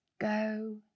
go